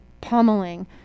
pummeling